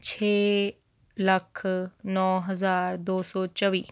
ਛੇ ਲੱਖ ਨੌ ਹਜ਼ਾਰ ਦੋ ਸੌ ਚੌਵੀ